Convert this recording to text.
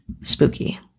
Spooky